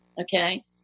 okay